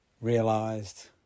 realised